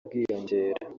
bwiyongera